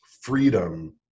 freedom